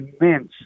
immense